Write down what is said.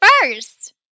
first